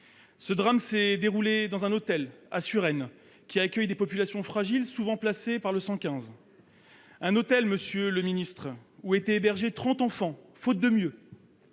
Ce drame s'est déroulé dans un hôtel de Suresnes qui accueille des populations fragiles, souvent placées par le 115. Un hôtel, monsieur le secrétaire d'État, où étaient hébergés trente enfants, « faute de mieux